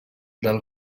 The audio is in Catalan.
del